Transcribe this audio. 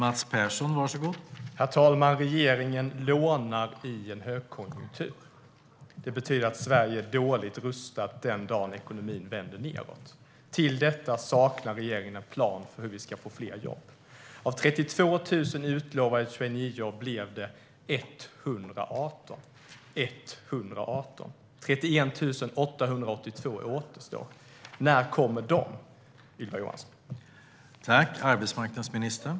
Herr talman! Regeringen lånar i en högkonjunktur. Det betyder att Sverige är dåligt rustat den dagen ekonomin vänder nedåt. Därtill saknar regeringen en plan för hur vi ska få fler jobb. Av 32 000 utlovade traineejobb blev det 118. 31 882 jobb återstår. När kommer de, Ylva Johansson?